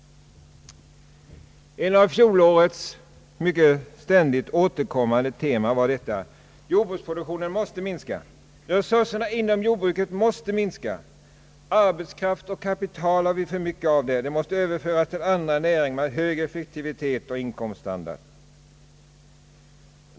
Ett av fjolårets ständigt återkommande teman var talet om att jordbruksprodukterna och resurserna inom jordbruket måste minska. Det skulle finnas för mycket arbetskraft och kapital på detta område som måste överföras till andra näringar med högre effektivitet och inkomststandard.